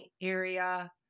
area